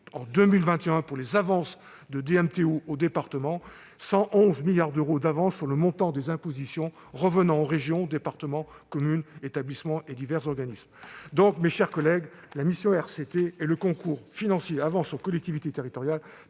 en 2021 pour les avances de DMTO aux départements ; 111 milliards d'euros d'avances sur le montant des impositions revenant aux régions, départements, communes, établissements et divers organismes. Donc, mes chers collègues, la mission RCT et le compte financier « Avances aux collectivités territoriales »